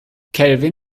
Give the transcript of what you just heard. kelvin